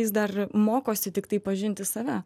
jis dar mokosi tiktai pažinti save